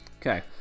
Okay